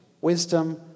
wisdom